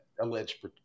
alleged